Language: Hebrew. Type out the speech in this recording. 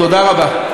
תודה רבה.